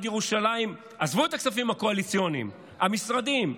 עזבו את הכספים הקואליציוניים, המשרדים: